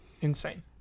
insane